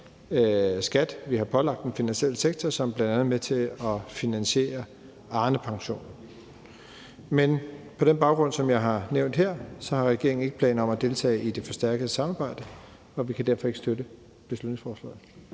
skat, vi har pålagt den finansielle sektor, som bl.a. er med til at finansiere Arnepensionen. Men på den baggrund, som jeg har nævnt her, har regeringen ikke planer om at deltage i det forstærkede samarbejde, og vi kan derfor ikke støtte beslutningsforslaget.